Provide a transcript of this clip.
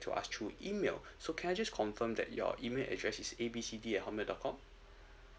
to us through email so can I just confirm that your email address is A B C D at hotmail dot com